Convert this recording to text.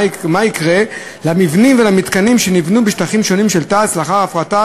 מה יקרה למבנים ולמתקנים שנבנו בשטחים שונים של תע"ש לאחר ההפרטה,